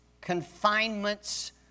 confinements